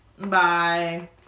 Bye